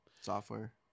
Software